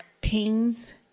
pains